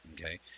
okay